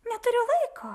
neturiu laiko